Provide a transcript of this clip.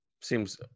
Seems